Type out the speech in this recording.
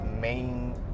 main